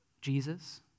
Jesus